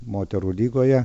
moterų lygoje